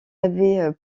avait